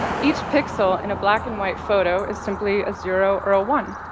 each pixel in a black-and-white photo is simply a zero or a one.